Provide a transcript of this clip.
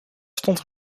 stond